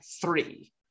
three